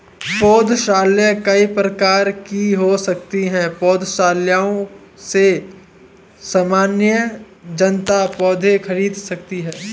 पौधशालाएँ कई प्रकार की हो सकती हैं पौधशालाओं से सामान्य जनता पौधे खरीद सकती है